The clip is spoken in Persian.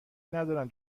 ندارن